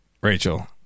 Rachel